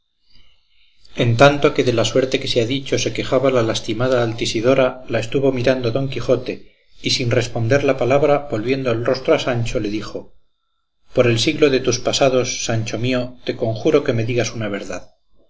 en tanto que de la suerte que se ha dicho se quejaba la lastimada altisidora la estuvo mirando don quijote y sin responderla palabra volviendo el rostro a sancho le dijo por el siglo de tus pasados sancho mío te conjuro que me digas una verdad